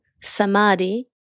samadhi